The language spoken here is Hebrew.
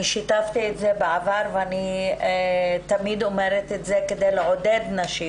אני שיתפתי את זה בעבר ואני תמיד אומרת זה כדי לעודד נשים.